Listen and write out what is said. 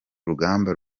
rugamba